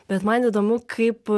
bet man įdomu kaip